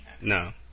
No